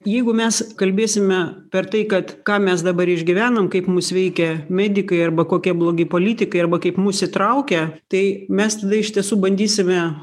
jeigu mes kalbėsime per tai kad ką mes dabar išgyvenam kaip mus veikia medikai arba kokie blogi politikai arba kaip mus įtraukia tai mes tada iš tiesų bandysime